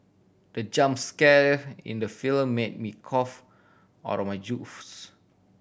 the jump scare in the film made me cough out my juice